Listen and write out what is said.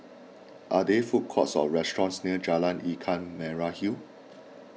are they food courts or restaurants near Jalan Ikan Merah Hill